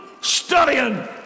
studying